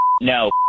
No